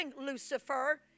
Lucifer